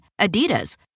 Adidas